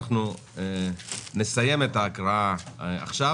אנחנו נסיים את ההקראה עכשיו